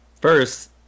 first